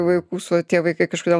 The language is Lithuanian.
vaikus o tie vaikai kažkodėl